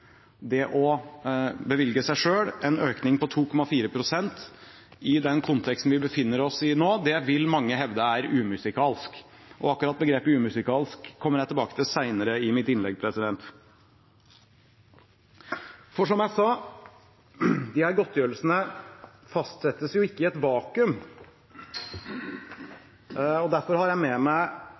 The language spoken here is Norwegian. Det å bevilge seg selv en økning på 2,4 pst. i den konteksten vi befinner oss i nå, vil mange hevde er umusikalsk. Og akkurat begrepet umusikalsk kommer jeg tilbake til senere i mitt innlegg. Som jeg sa, fastsettes ikke disse godtgjørelsene i et vakuum. Derfor har jeg med meg